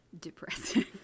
depressing